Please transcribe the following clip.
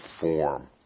form